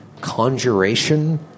conjuration